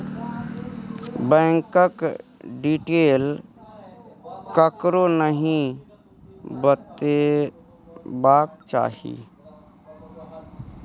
बैंकक डिटेल ककरो नहि बतेबाक चाही